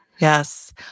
Yes